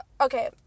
okay